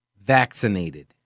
vaccinated